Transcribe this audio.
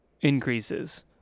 increases